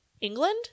England